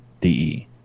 DE